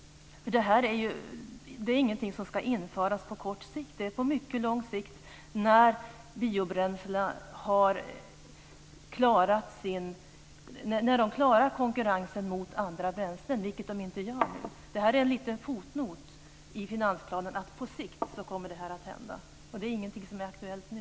Det är ingenting som ska införas på kort sikt. Det är på mycket lång sikt, när biobränslena klarar konkurrensen mot andra bränslen, vilket de inte gör nu. Det är en liten fotnot i finansplanen. Det är på sikt som det här kommer att hända. Det är ingenting som är aktuellt nu.